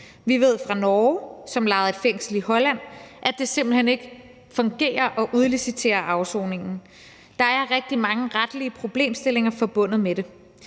Vi ved fra Norge, som lejede et fængsel i Holland, at det simpelt hen ikke fungerer at udlicitere afsoningen, for der er rigtig mange retlige problemstillinger forbundet med det.